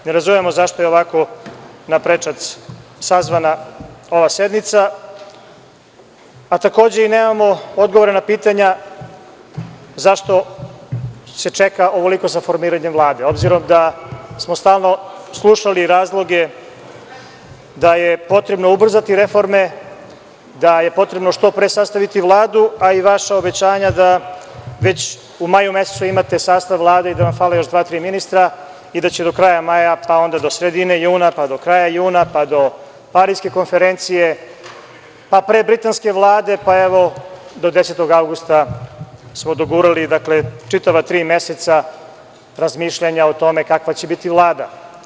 Ne razumemo zašto je ovako na prečac sazvana ova sednica, a takođe i nemamo odgovore na pitanja zašto se čeka ovoliko za formiranje Vlade, obzirom da smo stalno slušali razloge da je potrebno ubrzati reforme, da je potrebno što pre sastaviti Vladu, a i vaša obećanja da već u maju mesecu imate sastav Vlade i da vam fale još dva, tri ministra i da će do kraja maja, pa onda do sredine juna, pa do kraja juna, pa do Pariske konferencije, pa pre britanske vlade, pa do evo 10. avgusta smo dogurali, dakle, čitava tri meseca razmišljanja o tome kakva će biti Vlada.